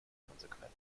konsequent